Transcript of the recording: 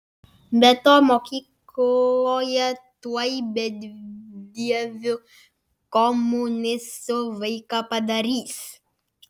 be to mokykloje tuoj bedieviu komunistu vaiką padarys